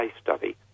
study